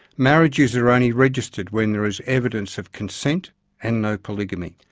marriages are only registered when there is evidence of consent and no polygamy.